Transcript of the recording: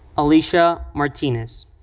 alicia martinez.